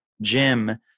Jim